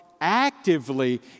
actively